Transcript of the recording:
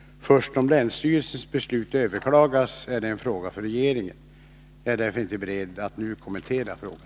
Först om länsstyrelsens beslut överklagas är det en fråga för regeringen. Jag är därför inte beredd att nu kommentera frågan.